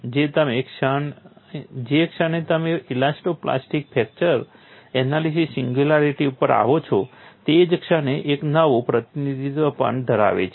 જે ક્ષણે તમે elastoplastic fracture analysis singularity ઉપર આવો છો તે જ ક્ષણે એક નવું પ્રતિનિધિત્વ પણ ધરાવે છે